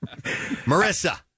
Marissa